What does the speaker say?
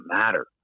matter